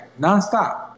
nonstop